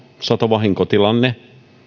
satovahinkotilanne